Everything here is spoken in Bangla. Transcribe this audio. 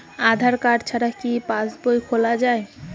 আধার কার্ড ছাড়া কি পাসবই খোলা যায়?